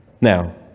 Now